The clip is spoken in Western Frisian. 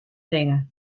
bringe